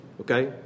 okay